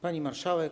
Pani Marszałek!